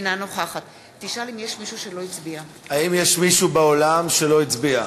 אינה נוכחת האם יש מישהו באולם שלא הצביע?